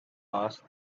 passed